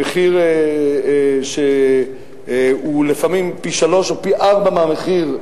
במחיר שהוא לפעמים פי-שלושה או פי-ארבעה מהמחיר.